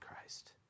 Christ